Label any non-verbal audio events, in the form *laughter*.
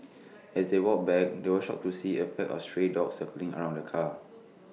*noise* as they walked back they were shocked to see A pack of stray dogs circling around the car